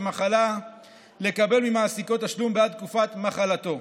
מחלה לקבל ממעסיקו תשלום בעד תקופת מחלתו.